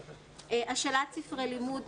השאלת ספרי לימוד,